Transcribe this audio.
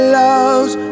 loves